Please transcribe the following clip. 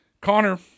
connor